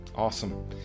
Awesome